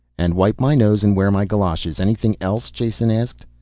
and wipe my nose and wear my galoshes. anything else? jason asked.